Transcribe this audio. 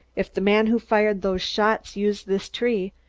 if the man who fired those shots used this tree,